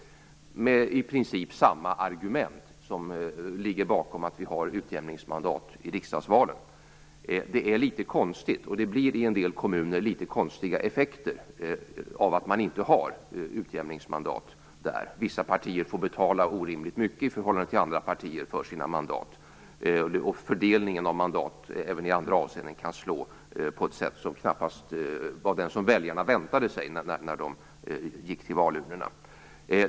Argumenten är i princip desamma som för att vi har utjämningsmandat i riksdagsvalen. I en del kommuner blir det litet konstiga effekter av att man saknar utjämningsmandat. Vissa partier får betala orimligt mycket för sina mandat i förhållande till andra partier. Fördelningen av mandat kan även i andra avseenden ske på ett sätt som väljarna knappast väntade sig när de gick till valurnorna.